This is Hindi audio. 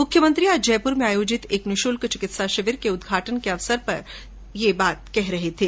मुख्यमंत्री आज जयपुर में आयोजित एक निशुल्क चिकित्सा शिविर के उद्घाटन के अवसर पर बोल रहे थे